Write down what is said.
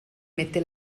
mette